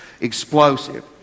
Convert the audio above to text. explosive